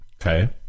Okay